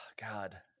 God